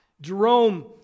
Jerome